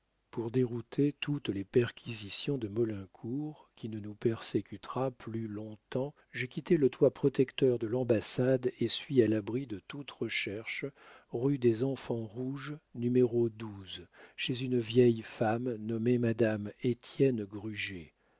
pour dérouter toutes les perquisitions de maulincour qui ne nous persécutera plus long-temps j'ai quitté le toit protecteur de l'ambassade et suis à l'abri de toutes recherches rue des enfants rouges chez une vieille femme nommée madame étienne gruget